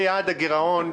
יעד הגירעון,